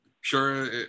Sure